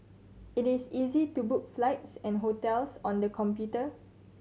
it is easy to book flights and hotels on the computer